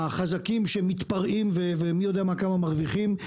החזקים שמתפרעים ומי יודע כמה מרוויחים.